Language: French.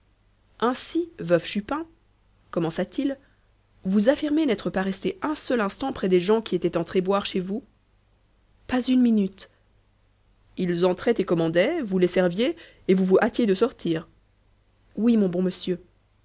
ainsi veuve chupin commença-t-il vous affirmez n'être pas restée un seul instant près des gens qui étaient entrés boire chez vous pas une minute ils entraient et commandaient vous les serviez et vous vous hâtiez de sortir oui mon bon monsieur